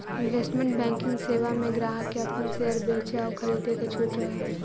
investment banking सेवा में ग्राहक के अपन शेयर बेचे आउ खरीदे के छूट रहऽ हइ